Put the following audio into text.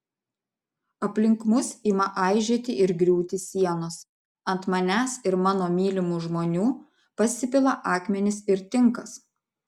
aplink mus ima aižėti ir griūti sienos ant manęs ir mano mylimų žmonių pasipila akmenys ir tinkas